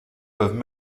peuvent